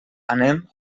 anem